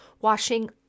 washing